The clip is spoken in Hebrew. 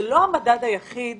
זה לא המדד היחיד